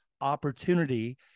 opportunity